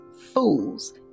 fools